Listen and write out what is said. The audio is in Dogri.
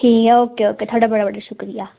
ठीक ऐ ओके ओके थुआढ़ा बड़ा बड़ा शुक्रिया